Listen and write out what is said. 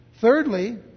Thirdly